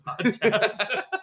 podcast